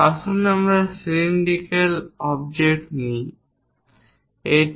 আসুন একটি cylindrical object নিই এটি